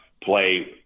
play